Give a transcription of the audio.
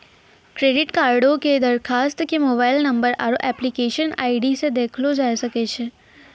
credit कार्डो के दरखास्त के मोबाइल नंबर आरु एप्लीकेशन आई.डी से देखलो जाय सकै छै